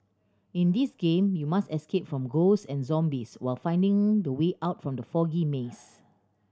in this game you must escape from ghost and zombies while finding the way out from the foggy maze